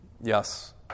Yes